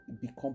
become